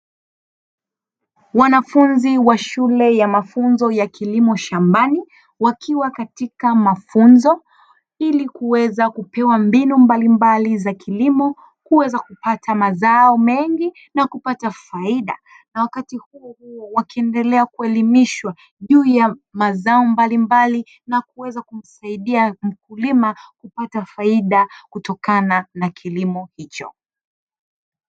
Wanafundi wa shule ya mafunzo ya kilimo shambani wakiwa katika mafunzo ili kuweza kupewa mbinu mbalimbali za kilimo kuweza kupata mazao mengi na kupata faida. Na wakati huohuo wakiendelea kuelimishwa juu ya mazao mbalimbali, na kuweza kumsaidia mkulima kupata faida kutokana na kilimo hicho.